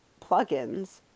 plugins